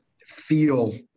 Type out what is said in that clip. feel